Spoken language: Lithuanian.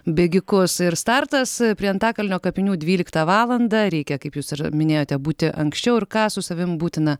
bėgikus ir startas prie antakalnio kapinių dvyliktą valandą reikia kaip jūs ir minėjote būti anksčiau ir ką su savim būtina